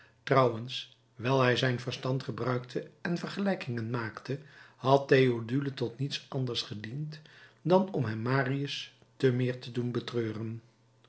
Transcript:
trouwens wijl hij zijn verstand gebruikte en vergelijkingen maakte had theodule tot niets anders gediend dan om hem marius te meer te doen betreuren